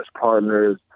partners